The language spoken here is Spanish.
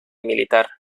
militar